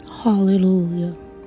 Hallelujah